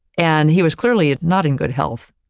and he was clearly not in good health.